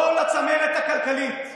כל הצמרת הכלכלית,